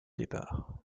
départ